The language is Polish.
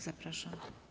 Zapraszam.